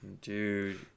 Dude